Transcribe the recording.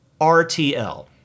RTL